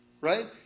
right